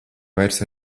vairs